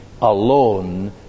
alone